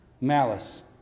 malice